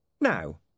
Now